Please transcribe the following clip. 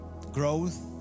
Growth